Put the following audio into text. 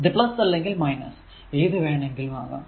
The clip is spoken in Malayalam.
ഇത് അല്ലെങ്കിൽ ഏതു വേണമെങ്കിലും ആകാം